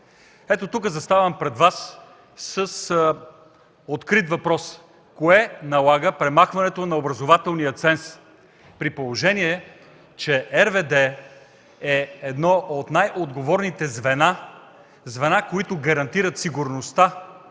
Ето, тук заставам пред Вас с открит въпрос: кое налага премахването на образователния ценз, при положение че РВД е едно от най-отговорните звена, които гарантират сигурността